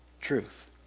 truth